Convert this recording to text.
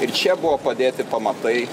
ir čia buvo padėti pamatai